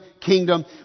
kingdom